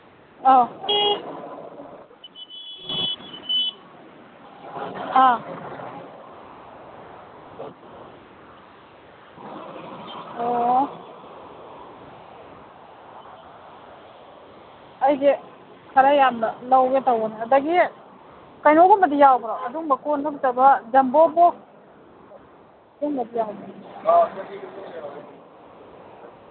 ꯑꯧ ꯑ ꯑꯣ ꯑꯩꯁꯦ ꯈꯔ ꯌꯥꯝꯅ ꯂꯧꯒꯦ ꯇꯧꯕꯅꯦ ꯑꯗꯒꯤ ꯀꯩꯅꯣꯒꯨꯝꯕꯗꯤ ꯌꯥꯎꯕ꯭ꯔꯣ ꯑꯗꯨꯝꯕ ꯀꯣꯟꯗꯨ ꯅꯠꯇꯕ ꯖꯝꯕꯣ ꯕꯣꯛꯁꯒꯨꯝꯕꯗꯤ ꯌꯥꯎꯕ꯭ꯔꯣ